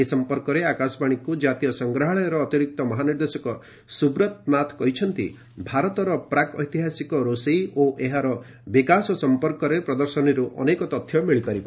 ଏ ସମ୍ପର୍କରେ ଆକାଶବାଣୀକୁ କାତୀୟ ସଂଗ୍ରହାଳୟର ଅତିରିକ୍ତ ମହାନିର୍ଦ୍ଦେଶକ ସୁବ୍ରତ ନାଥ କହିଛନ୍ତି ଭାରତର ପ୍ରାକ୍ ଐତିହାସିକ ରୋଷେଇ ଓ ଏହାର ବିକାଶ ସମ୍ପର୍କରେ ପ୍ରଦର୍ଶନୀରୁ ଅନେକ ତଥ୍ୟ ମିଳିପାରିବ